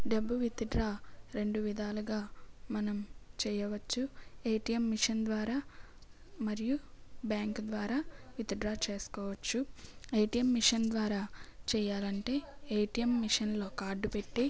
డబ్బు విత్డ్రా రెండు విధాలుగా మనం చేయవచ్చు ఏటియం మెషిన్ ద్వారా మరియు బ్యాంక్ ద్వారా విత్డ్రా చేసుకోవచ్చు ఏటియం మెషిన్ ద్వారా చేయాలి అంటే ఏటియం మెషిన్లో కార్డ్ పెట్టి